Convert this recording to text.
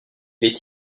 est